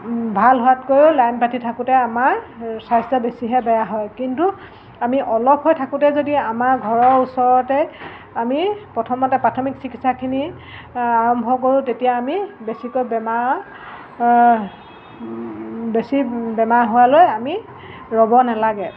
ভাল হোৱাতকৈও লাইন পাতি থাকোঁতে আমাৰ স্বাস্থ্য বেছিহে বেয়া হয় কিন্তু আমি অলপ হৈ থাকোঁতেই যদি আমাৰ ঘৰৰ ওচৰতে আমি প্ৰথমতে প্ৰাথমিক চিকিৎসাখিনি আৰম্ভ কৰোঁ তেতিয়া আমি বেছিকৈ বেমাৰ বেছি বেমাৰ হোৱালৈ আমি ৰ'ব নেলাগে